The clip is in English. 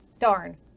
Darn